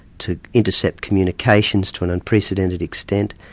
to intercept communications to an unprecedented extent,